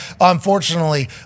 Unfortunately